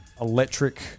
electric